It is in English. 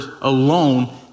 alone